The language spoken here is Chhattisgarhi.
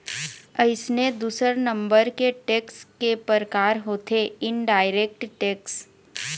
अइसने दूसर नंबर के टेक्स के परकार होथे इनडायरेक्ट टेक्स